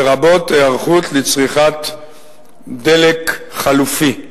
לרבות היערכות לצריכת דלק חלופי.